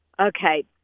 Okay